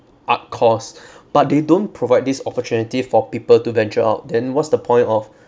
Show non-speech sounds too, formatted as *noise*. art course *breath* but they don't provide this opportunity for people to venture out then what's the point of